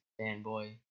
fanboy